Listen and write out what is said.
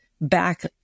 back